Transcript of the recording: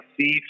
see